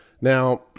Now